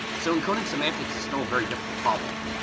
so encoding semantics is still a very difficult problem.